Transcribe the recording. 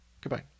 Goodbye